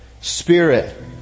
Spirit